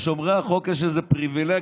לשומרי החוק יש איזו פריבילגיה,